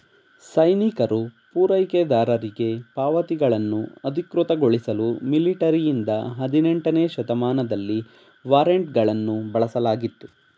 ಸೈನಿಕರು ಪೂರೈಕೆದಾರರಿಗೆ ಪಾವತಿಗಳನ್ನು ಅಧಿಕೃತಗೊಳಿಸಲು ಮಿಲಿಟರಿಯಿಂದ ಹದಿನೆಂಟನೇ ಶತಮಾನದಲ್ಲಿ ವಾರೆಂಟ್ಗಳನ್ನು ಬಳಸಲಾಗಿತ್ತು